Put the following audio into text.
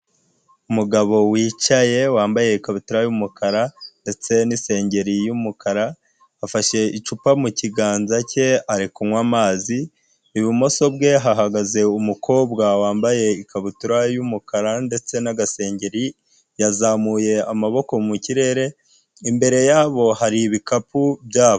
Umugabo wicaye wambaye ikabutura y'umukara ndetse nisengeri y'umukara, afashe icupa mu kiganza cye ari kunywa amazi, ibumoso bwe hahagaze umukobwa wambaye ikabutura y'umukara ndetse n'agasengeri yazamuye amaboko mu kirere, imbere yabo hari ibikapu byabo.